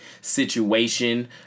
situation